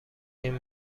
این